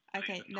okay